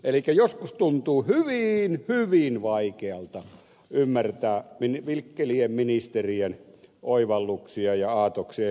elikkä joskus tuntuu hyvin hyvin vaikealta ymmärtää vikkelien ministerien oivalluksia ja aatoksia jnp